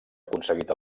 aconseguit